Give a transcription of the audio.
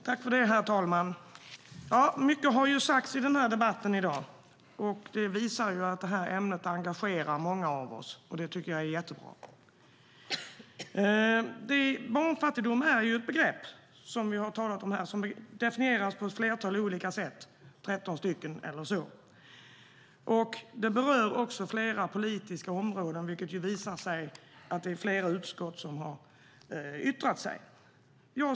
Herr talman! Mycket har sagts i denna debatt i dag, och det visar att detta ämne engagerar många av oss. Jag tycker att det är jättebra. Barnfattigdom är ett begrepp, som vi har talat om här, som definieras på ett flertal olika sätt - 13 stycken eller så. Det berör också flera politiska områden, vilket visar sig i att det är flera utskott som har yttrat sig.